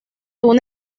una